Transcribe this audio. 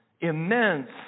immense